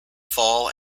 fall